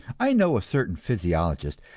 i know a certain physiologist,